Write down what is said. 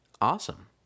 Awesome